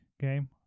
game